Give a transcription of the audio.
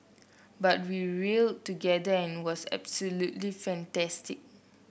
but we rallied together and it was absolutely fantastic